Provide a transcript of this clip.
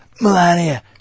Melania